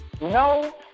no